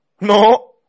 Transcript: No